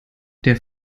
der